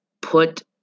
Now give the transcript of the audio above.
Put